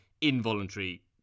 involuntary